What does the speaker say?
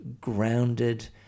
grounded